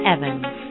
Evans